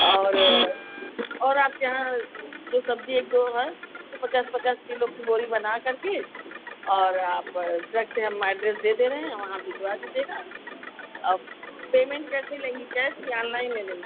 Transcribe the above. और और आपके यहाँ जो सब्ज़ी एक दो हैं वो पचास पचास किलो की बोरी बना कर के और आप ट्रक से हम एड्रेस दे दे रहे हैं वहाँ भिजवा दीजिएगा और पेमेंट कैसे लेंगी कैश कि ऑनलाइन ले लेंगी